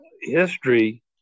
history